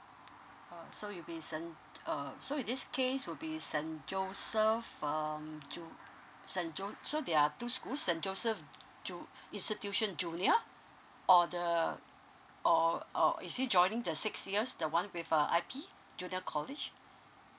oh so you be saint uh so in this case will be saint joseph um jo saint john so there are two school saint joseph jo it's a tuition junior or the or or is it joining the six years the one with a i p junior college